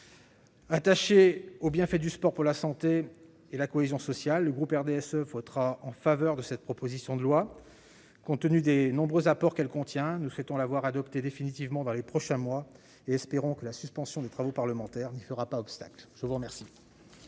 Attaché aux bienfaits du sport pour la santé et la cohésion sociale, le groupe du RDSE votera en faveur de cette proposition de loi. Compte tenu des nombreux apports qu'elle contient, ses membres souhaitent la voir adoptée définitivement dans les prochains mois et espèrent que la suspension des travaux parlementaires n'y fera pas obstacle. La parole